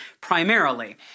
primarily